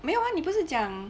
没有啊你不是讲